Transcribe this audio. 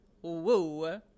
Whoa